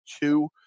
two